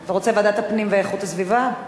אתה רוצה ועדת הפנים והגנת הסביבה?